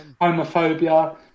homophobia